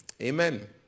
amen